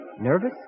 Nervous